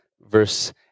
verse